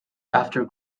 after